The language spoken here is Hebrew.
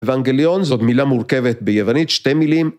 אבנגליון זאת מילה מורכבת, ביוונית - שתי מילים...